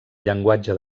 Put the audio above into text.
llenguatge